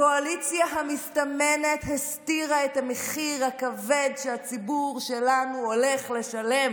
הקואליציה המסתמנת הסתירה את המחיר הכבד שהציבור שלנו הולך לשלם,